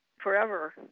Forever